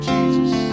Jesus